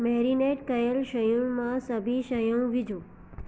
marinate कयल शयुनि मां सभेई शयूं विझो